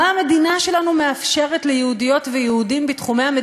מה המדינה שלנו מאפשרת ליהודיות וליהודים בתחומיה.